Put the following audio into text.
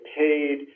paid